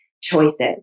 choices